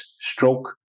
stroke